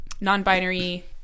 non-binary